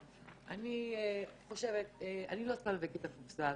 לא סתם הבאתי את הקופסא הזאת.